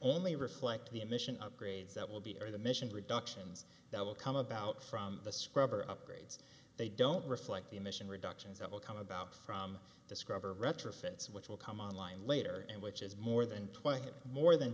only reflect the emission upgrades that will be or the mission productions that will come about from the scrubber upgrades they don't reflect the emission reductions that will come about from discover retrofits which will come online later and which is more than twice that more than